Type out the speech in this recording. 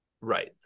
Right